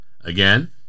Again